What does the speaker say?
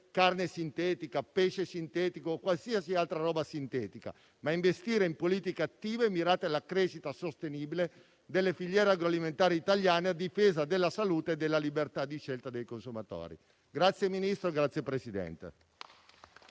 carne sintetica, il pesce sintetico o qualsiasi altra roba sintetica, ma per investire in politiche attive mirate alla crescita sostenibile delle filiere agroalimentari italiane, a difesa della salute e della libertà di scelta dei consumatori.